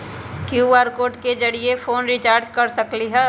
QR code के जरिय phone recharge कर सकली ह?